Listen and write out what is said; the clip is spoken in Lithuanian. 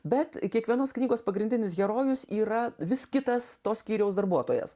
bet kiekvienos knygos pagrindinis herojus yra vis kitas to skyriaus darbuotojas